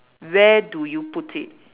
where do you put it